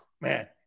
man